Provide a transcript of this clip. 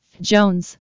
Jones